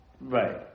Right